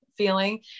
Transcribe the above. feeling